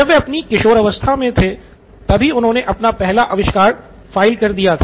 जब वे अपनी किशोरावस्था में थे तभी उन्होंने अपना पहला आविष्कार फ़ाइल कर दिया था